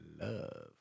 love